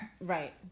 Right